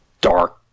dark